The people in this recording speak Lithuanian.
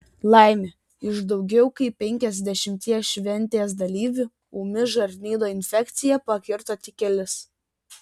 laimė iš daugiau kaip penkiasdešimties šventės dalyvių ūmi žarnyno infekcija pakirto tik kelis